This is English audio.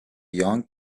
young